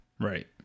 Right